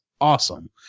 awesome